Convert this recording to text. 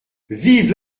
vive